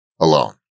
alone